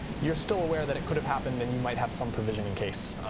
you're still aware that it could have happened and you might have some provision in case.